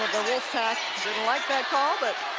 the wolfpack didn't like that call, but